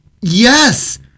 Yes